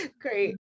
Great